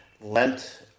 lent